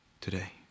Today